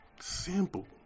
Simple